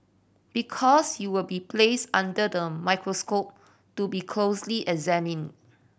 because you will be placed under the microscope to be closely examined